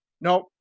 No